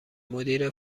مدیر